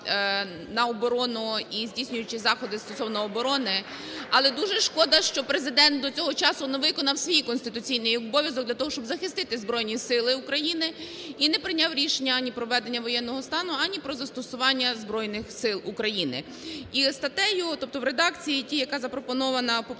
на оборону і здійснюючи заходи стосовно оборони. Але дуже шкода, що Президент до цього часу не виконав свій конституційний обов'язок для того, щоб захистити Збройні Сили України. І не прийняв рішення, ані про введення воєнного стану, ані про застосування Збройних Сил України. І статтею, тобто в редакції та, яка запропонована поправкою